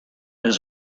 there